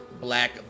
Black